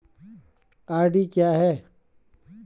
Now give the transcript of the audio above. RD क्या है?